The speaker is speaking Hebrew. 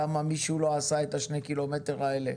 למה מישהו לא עשה את ה-2 קילומטר האלה.